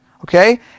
Okay